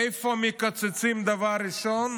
איפה מקצצים דבר ראשון?